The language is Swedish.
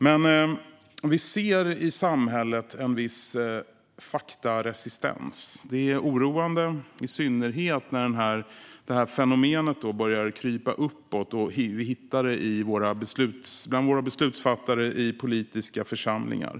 Men vi ser i samhället en viss faktaresistens. Det är oroande, i synnerhet när detta fenomen börja krypa uppåt, och vi hittar det bland våra beslutsfattare i politiska församlingar.